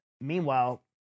Meanwhile